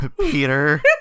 Peter